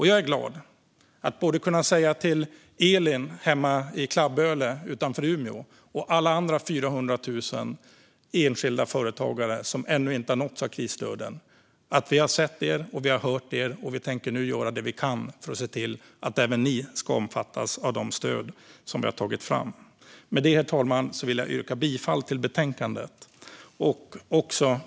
Jag är glad att jag kan säga till både Elin hemma i Klabböle utanför Umeå och alla andra 400 000 enskilda företagare som ännu inte har nåtts av krisstöden: Vi har sett er, vi har hört er och vi tänker nu göra det vi kan för att se till att även ni ska omfattas av de stöd som vi har tagit fram. Med det, herr talman, yrkar jag bifall till förslaget i betänkandet.